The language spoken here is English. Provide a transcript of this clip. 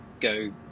go